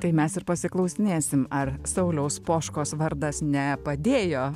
tai mes ir pasiklausinėsim ar sauliaus poškos vardas ne padėjo